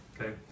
okay